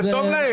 זה טוב להם.